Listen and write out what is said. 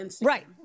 Right